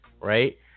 right